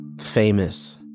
famous